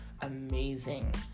amazing